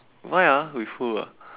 why ah with who ah